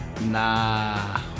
Nah